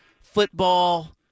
football